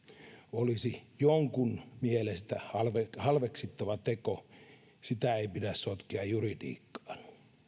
olisi jonkun mielestä halveksittava teko sitä ei pidä sotkea juridiikkaan